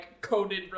coded